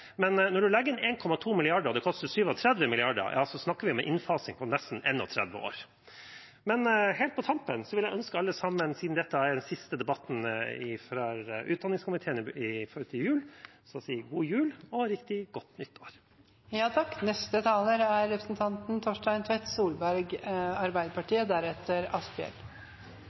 koster 37 mrd. kr, snakker vi om en innfasing på nesten 31 år. Helt på tampen vil jeg – siden dette er den siste debatten til utdanningskomiteen før jul – ønske alle sammen en god jul og et riktig godt nytt år!